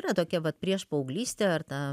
yra tokia vat priešpaauglystė ar ta